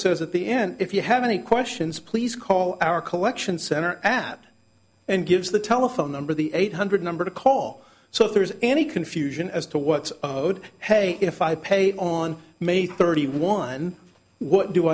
says at the end if you have any questions please call our collection center at and gives the telephone number the eight hundred number to call so if there's any confusion as to what would have a if i paid on may thirty one what do